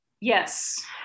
Yes